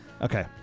Okay